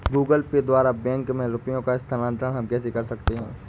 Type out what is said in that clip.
Google Pay द्वारा bank में रुपयों का स्थानांतरण हम कैसे कर सकते हैं?